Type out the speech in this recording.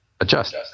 adjust